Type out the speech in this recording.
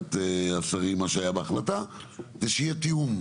בוועדת השרים, היה בהחלטה, זה שיהיה תיאום.